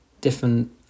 different